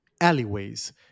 alleyways